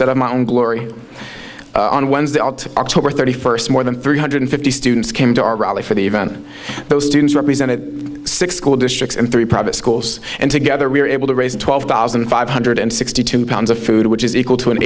up my own glory on wednesday out oct thirty first more than three hundred fifty students came to our rally for the event those students represented six school districts and three private schools and together we were able to raise twelve thousand five hundred sixty two pounds of food which is equal to an